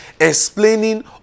explaining